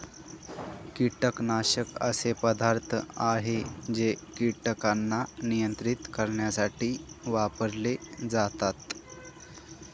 कीटकनाशक असे पदार्थ आहे जे कीटकांना नियंत्रित करण्यासाठी वापरले जातात